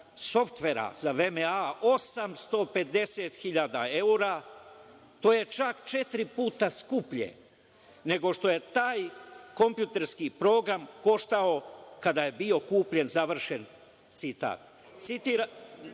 softvera za VMA 850 hiljada evra. To je čak četiri puta skuplje nego što je taj kompjuterski program koštao kada je bio kupljen, završen citat, izveštaj